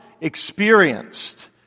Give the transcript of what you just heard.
experienced